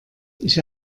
ich